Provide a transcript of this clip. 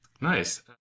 Nice